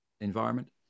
environment